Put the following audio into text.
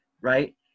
right